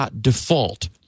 .default